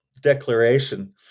declaration